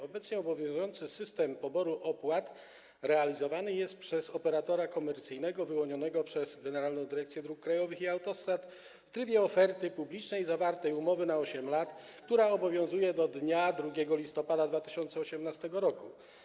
Obecnie obowiązujący system poboru opłat realizowany jest przez operatora komercyjnego wyłonionego przez Generalną Dyrekcję Dróg Krajowych i Autostrad w trybie oferty publicznej w ramach umowy zawartej na 8 lat, która obowiązuje do dnia 2 listopada 2018 r.